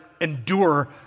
endure